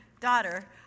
daughter